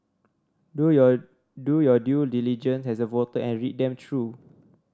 do your do your due diligence as a voter and read them through